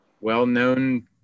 Well-known